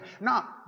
Now